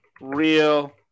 real